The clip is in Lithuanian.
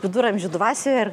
viduramžių dvasia ir